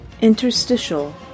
Interstitial